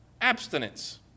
abstinence